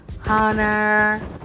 Hunter